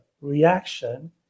reaction